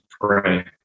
pray